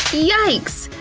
yikes!